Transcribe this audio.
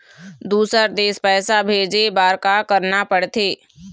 दुसर देश पैसा भेजे बार का करना पड़ते?